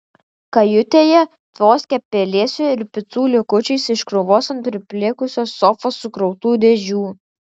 kajutėje tvoskė pelėsiu ir picų likučiais iš krūvos ant priplėkusios sofos sukrautų dėžių